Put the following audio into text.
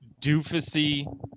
doofusy